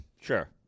sure